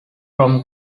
from